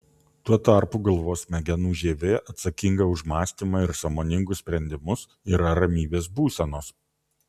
tuo tarpu galvos smegenų žievė atsakinga už mąstymą ir sąmoningus sprendimus yra ramybės būsenos